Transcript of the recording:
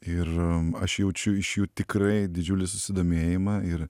ir aš jaučiu iš jų tikrai didžiulį susidomėjimą ir